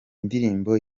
ndirimbo